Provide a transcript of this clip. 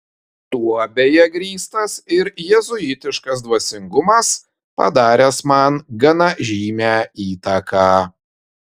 tuo beje grįstas ir jėzuitiškas dvasingumas padaręs man gana žymią įtaką